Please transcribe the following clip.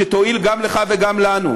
שתועיל גם לך וגם לנו: